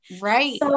Right